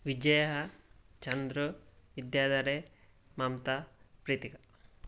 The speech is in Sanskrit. विजया चन्द्र विद्यादरे ममता प्रीतिका